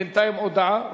בינתיים הודעה?